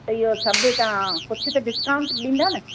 त इहो सभु तव्हां कुझु त डिस्काऊंट ॾींदा न